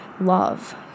love